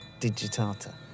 digitata